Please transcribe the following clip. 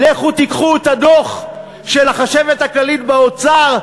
לכו תיקחו את הדוח של החשבת הכללית באוצר,